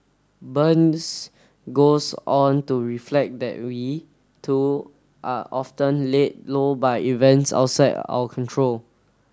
burns goes on to reflect that we too are often laid low by events outside our control